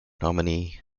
nominee